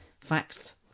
Facts